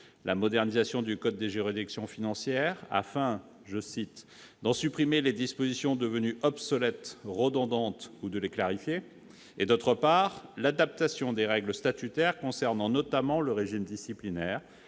la modernisation du code des juridictions financières, « afin d'en supprimer les dispositions devenues obsolètes, redondantes ou de les clarifier », d'autre part, l'adaptation de règles statutaires concernant notamment le régime disciplinaire,